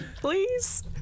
please